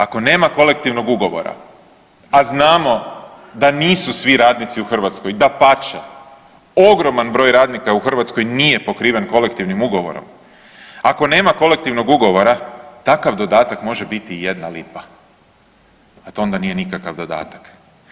Ako nema kolektivnog ugovora, a znamo nisu svi radnici u Hrvatskoj, dapače ogroman broj radnika u Hrvatskoj nije pokriven kolektivnim ugovorom, ako nema kolektivnog ugovora, takav dodatak može biti i jedna lipa, a to onda nije nikakav dodatak.